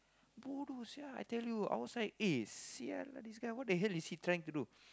bodoh sia I tell you I was like eh sia lah this guy what the hell is he trying to do